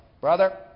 Brother